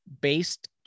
based